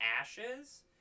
ashes